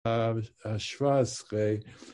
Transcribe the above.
‫השבע עשרה